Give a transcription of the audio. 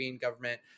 government